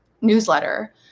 newsletter